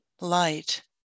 light